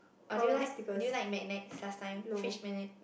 or do you like do you like magnets last time fish magnet